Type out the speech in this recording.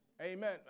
Amen